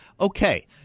Okay